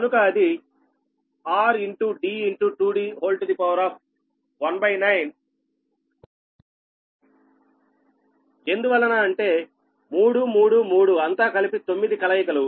కనుక అది r d 2d19 ఎందువలన అంటే 3 3 3 అంతా కలిపి తొమ్మిది కలయికలు